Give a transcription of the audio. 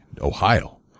Ohio